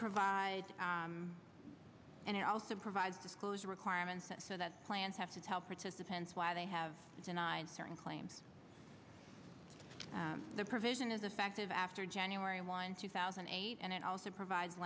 provide and it also provides disclosure requirements and so that plans have to tell participants why they have denied certain claims the provision is effective after january one two thousand and eight and it also provides